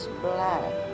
black